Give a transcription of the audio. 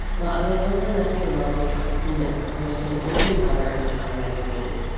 la alianza nacional de campesinas published an open letter in time magazine.